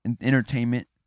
entertainment